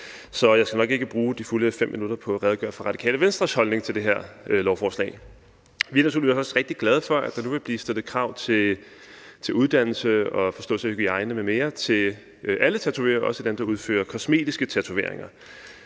så jeg skal nok ikke bruge de fulde 5 minutter på at redegøre for Radikale Venstres holdning til det her lovforslag. Vi er naturligvis også rigtig glade for, at der nu vil blive stillet krav til uddannelse og forståelse af hygiejne m.m. til alle tatovører, også dem, der udfører kosmetiske tatoveringer.